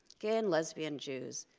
gay and lesbian jews.